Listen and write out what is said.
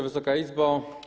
Wysoka Izbo!